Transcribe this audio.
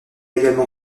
également